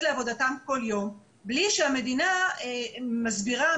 לעבודתם כל יום בלי שהמדינה מסבירה,